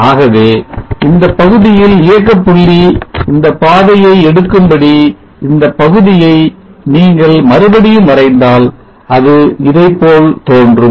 ஆகவே இந்தப் பகுதியில் இயக்க புள்ளி இந்த பாதையை எடுக்கும்படி இந்த பகுதியை நீங்கள் மறுபடியும் வரைந்தால் அது இதைப்போல் தோன்றும்